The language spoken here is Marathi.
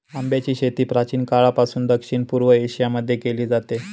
आंब्याची शेती प्राचीन काळापासून दक्षिण पूर्व एशिया मध्ये केली जाते